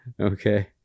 Okay